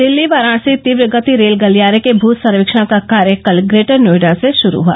दिल्ली वाराणसी तीव्र गति रेल गलियारे के भ सर्वेक्षण का कार्य कल ग्रेटर नोएडा से शुरू हुआ